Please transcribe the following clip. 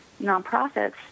nonprofits